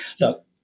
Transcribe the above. look